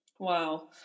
Wow